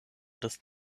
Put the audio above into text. des